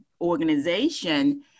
organization